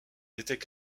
étaient